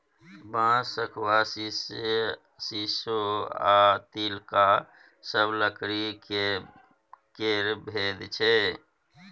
बांस, शखुआ, शीशो आ तिलका सब लकड़ी केर भेद छै